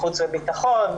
חוץ וביטחון,